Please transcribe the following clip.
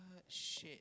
shit